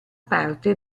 parte